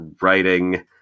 writing